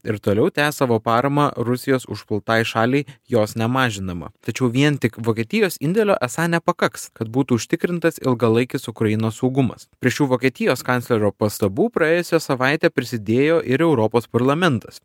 ir toliau tęs savo paramą rusijos užpultai šaliai jos nemažindama tačiau vien tik vokietijos indėlio esą nepakaks kad būtų užtikrintas ilgalaikis ukrainos saugumas prie šių vokietijos kanclerio pastabų praėjusią savaitę prisidėjo ir europos parlamentas